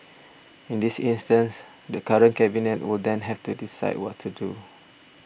in this instance the current Cabinet would then have to decide what to do